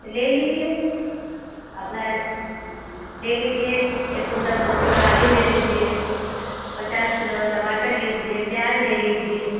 तो ले लीजिए अपना यह ले लीजिए एक कुंटल दो कुंटल आलू ले लीजिए पचास किलो टमाटर ले लीजिए प्याज़ ले लीजिए